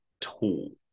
tool